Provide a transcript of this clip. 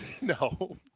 No